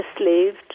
enslaved